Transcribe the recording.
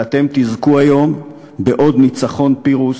ואתם תזכו היום בעוד ניצחון פירוס,